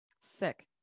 sick